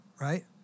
right